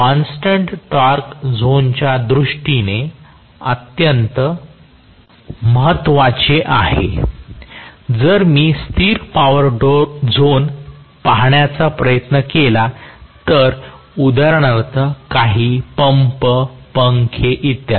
constant torque झोनच्या दृष्टीने अत्यंत महत्वाचे आहे जर मी स्थिर पॉवर झोन पाहण्याचा प्रयत्न केला तर उदाहरणार्थ काही पंप पंखे इत्यादी